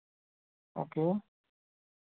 okay